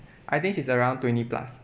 I think she's around twenty plus